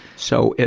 so,